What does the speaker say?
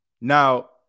Now